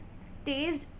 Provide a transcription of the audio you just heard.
staged